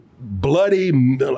bloody